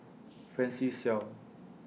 Francis Seow